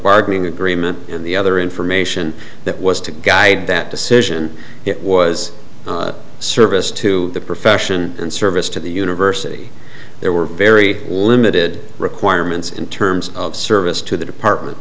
bargaining agreement and the other information that was to guide that decision it was a service to the profession and service to the university there were very limited requirements in terms of service to the department